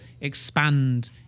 expand